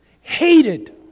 hated